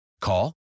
Call